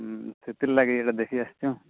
ହୁଁ ସେଥି ଲାଗି ଏଟା ଦେଖି ଆସିଛୁ